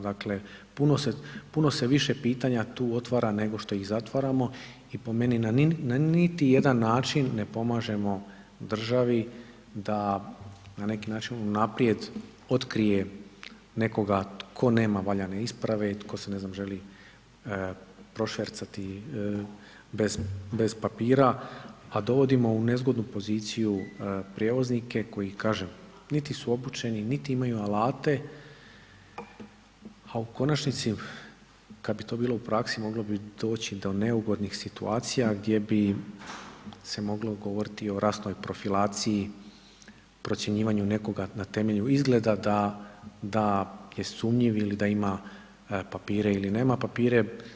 Dakle puno se više pitanja tu otvara nego što ih zatvaramo i po meni na niti jedan način ne pomažemo državi da na neki način unaprijed otkrije nekoga tko nema valjane isprave i tko se ne znam želi prošvercati bez papira, a dovodimo u nezgodnu poziciju prijevoznike koji kažem niti su obučeni, niti imaju alate, a u konačnici kada bi to bilo u praksi moglo bi doći do neugodnih situacija gdje bi se moglo govoriti i o rasnoj profilaciji procjenjivanju nekoga na temelju izgleda da je sumnjiv da ima papire ili nema papire.